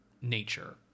nature